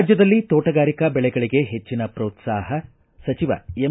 ರಾಜ್ಯದಲ್ಲಿ ತೋಟಗಾರಿಕಾ ಬೆಳೆಗಳಿಗೆ ಹೆಚ್ಚಿನ ಪ್ರೋತ್ಸಾಹ ಸಚಿವ ಎಂ